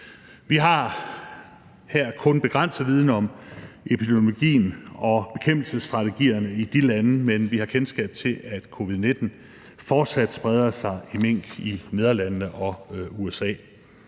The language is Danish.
Vi har her kun begrænset viden om epidemiologien og bekæmpelsesstrategierne i de lande, men vi har kendskab til, at covid-19 fortsat spreder sig blandt mink i Nederlandene og USA.